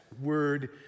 word